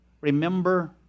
Remember